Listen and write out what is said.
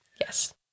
Yes